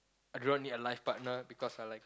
I do not need a life partner because I'll like